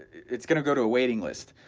it's going to go to a waiting list,